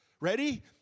ready